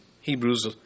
Hebrews